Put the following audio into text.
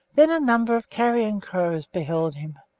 then a number of carrion crows beheld him,